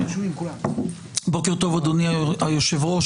אדוני היושב-ראש,